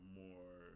more